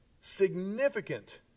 significant